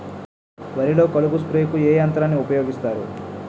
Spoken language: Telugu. వరిలో కలుపు స్ప్రేకు ఏ యంత్రాన్ని ఊపాయోగిస్తారు?